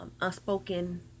unspoken